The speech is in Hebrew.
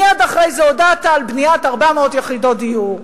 מייד אחרי זה הודעת על בניית 400 יחידות דיור.